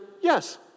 yes